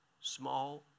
small